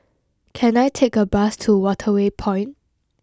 can I take a bus to Waterway Point